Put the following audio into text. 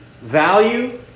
value